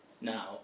now